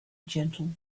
gentle